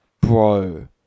bro